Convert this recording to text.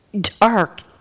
dark